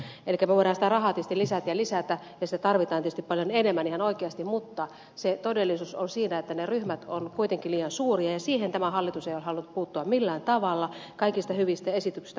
elikkä me voimme sitä rahaa tietysti lisätä ja lisätä ja sitä tarvitaan tietysti paljon enemmän ihan oikeasti mutta se todellisuus on siinä että ne ryhmät ovat kuitenkin liian suuria ja siihen tämä hallitus ei ole halunnut puuttua millään tavalla kaikista hyvistä esityksistä huolimatta